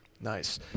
Nice